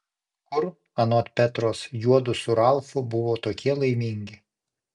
kur anot petros juodu su ralfu buvo tokie laimingi